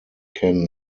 ken